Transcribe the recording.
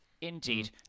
Indeed